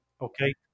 Okay